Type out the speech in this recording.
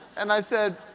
and i said,